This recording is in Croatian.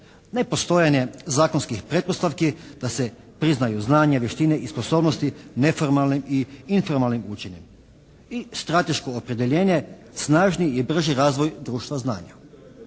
nepostojanje zakonskih pretpostavki da se priznaju znanje, vještine i sposobnosti neformalnim i informalnim učenjem. I strateško opredjeljenje snažni i brži razvoj društva znanja.